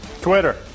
Twitter